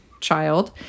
child